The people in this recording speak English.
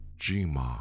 Jima